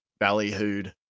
ballyhooed